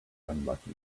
unlucky